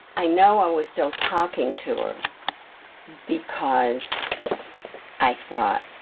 i know i was still talking to her because i thought,